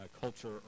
culture